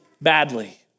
badly